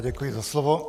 Děkuji za slovo.